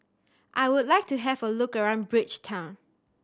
I would like to have a look around Bridgetown